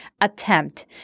attempt